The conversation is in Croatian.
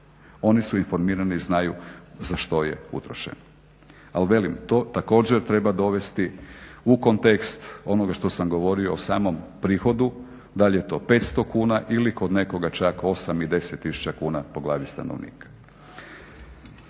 oni su informirani, znaju za što je utrošena. Ali velim to također treba dovesti u kontekst onoga što sam govorio o samom prihodu, dal' je to 500 kuna ili kod nekoga čak 8 i 10 tisuća kuna po glavi stanovnika.